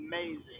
amazing